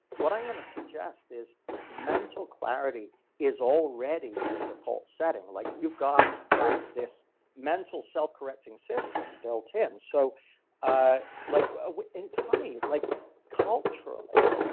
what i'm going to suggest is mental clarity is already your default setting. like you've got this mental selfcorrecting system built in. so ah like ah it's funny. like culturally,